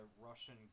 Russian